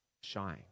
shine